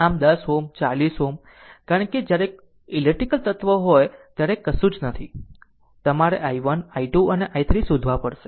આમ 10 Ω 40 Ω કારણ કે જ્યારે ઇલેક્ટ્રિકલ તત્વ હોય ત્યારે કશું જ નથી તમારે i1 i2 અને i3 શોધવા પડશે